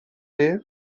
days